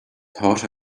thought